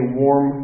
warm